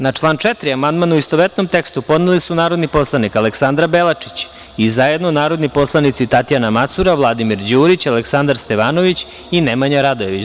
Na član 4. amandman, u istovetnom tekstu, podneli su narodni poslanik Aleksandra Belačić i zajedno narodni poslanici Tatjana Macura, Vladimir Đurić, Aleksandar Stevanović i Nemanja Radojević.